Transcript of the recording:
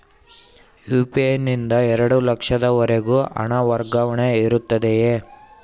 UPI ನಿಂದ ಎರಡು ಲಕ್ಷದವರೆಗೂ ಹಣ ವರ್ಗಾವಣೆ ಇರುತ್ತದೆಯೇ?